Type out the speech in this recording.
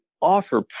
offer